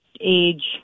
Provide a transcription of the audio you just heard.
age